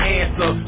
answer